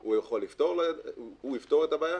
הוא יפתור את הבעיה.